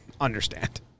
understand